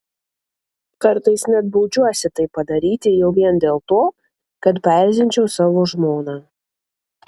kartais net baudžiuosi tai padaryti jau vien dėl to kad paerzinčiau savo žmoną